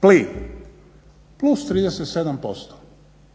Plin plus 37%